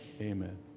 Amen